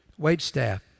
waitstaff